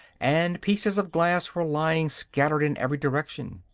and pieces of glass were lying scattered in every direction.